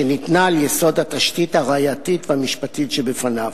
שניתנה על יסוד התשתית הראייתית והמשפטית שבפניו.